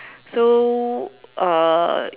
so uh